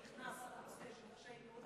כשערוץ 9 נקלע לקשיים מאוד כבדים,